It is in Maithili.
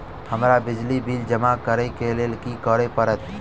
हमरा बिजली बिल जमा करऽ केँ लेल की करऽ पड़त?